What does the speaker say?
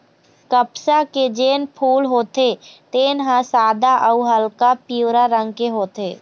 कपसा के जेन फूल होथे तेन ह सादा अउ हल्का पीवरा रंग के होथे